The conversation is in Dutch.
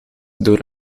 door